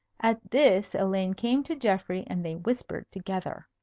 at this, elaine came to geoffrey and they whispered together.